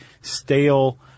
stale